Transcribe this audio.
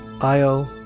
Io